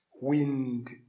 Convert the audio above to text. wind